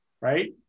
Right